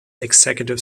executive